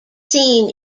seen